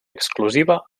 exclusiva